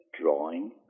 drawing